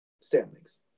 Standings